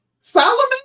solomon